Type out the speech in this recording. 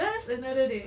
just another day